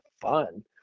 fun